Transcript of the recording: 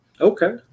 Okay